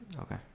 okay